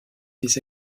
des